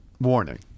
warning